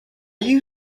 you